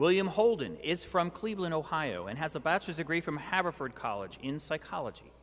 william holden is from cleveland ohio and has a bachelor's degree from haverford college in psychology